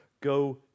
go